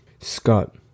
Scott